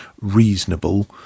reasonable